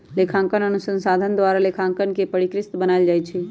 लेखांकन अनुसंधान द्वारा लेखांकन के परिष्कृत बनायल जाइ छइ